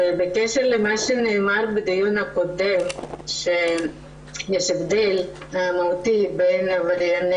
בקשר למה שנאמר בדיון הקודם שיש הבדל מהותי בין עברייני